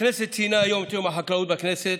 הכנסת ציינה היום את יום החקלאות בכנסת,